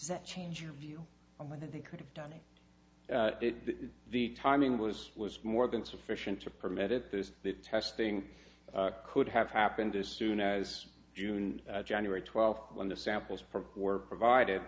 that changed your view on whether they could have done it the timing was was more than sufficient to permit it this testing could have happened as soon as june january twelfth when the samples were provided